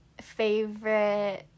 favorite